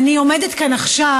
אני עומדת כאן עכשיו,